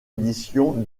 édition